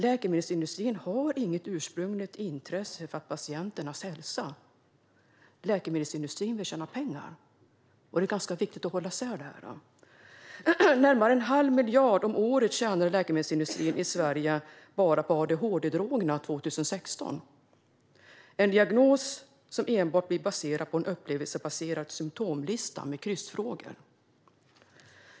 Läkemedelsindustrin har inget ursprungligt intresse av patienternas hälsa; läkemedelsindustrin vill tjäna pengar. Det är ganska viktigt att hålla isär detta. Läkemedelsindustrin i Sverige tjänade närmare en halv miljard bara på adhd-drogerna år 2016. Adhd är en diagnos som enbart baseras på en upplevelsebaserad symtomlista med kryssfrågor.